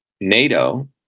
NATO